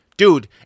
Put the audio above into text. Dude